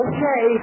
Okay